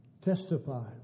Testify